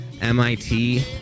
MIT